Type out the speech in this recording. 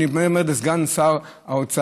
אני אומר את זה לסגן שר האוצר,